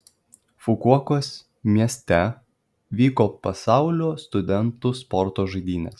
fukuokos mieste vyko pasaulio studentų sporto žaidynės